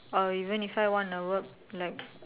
or even if I want to work like